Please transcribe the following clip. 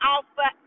Alpha